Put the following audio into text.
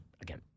again